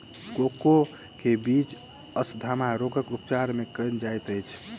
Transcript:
cocoa के बीज asthma रोगक उपचार मे कयल जाइत अछि